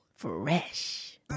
fresh